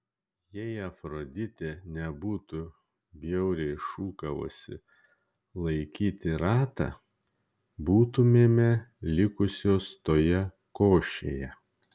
jei afroditė nebūtų bjauriai šūkavusi laikyti ratą būtumėme likusios toje košėje